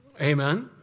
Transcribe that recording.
Amen